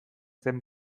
zen